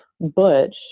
butch